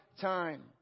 time